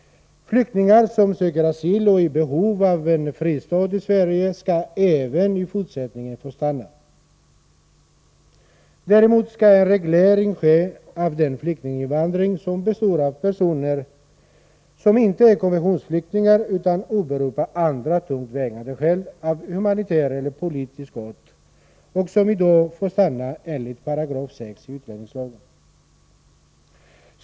Flyktingar som söker asyl och är i behov av en fristad i Sverige skall även i fortsättningen få stanna. Däremot skall en reglering ske av den flyktinginvandring som består av personer, som inte är konventionsflyktingar utan åberopar andra tungt vägande skäl av humanitär eller politisk art och som i dag får stanna enligt 6 § utlänningslagen.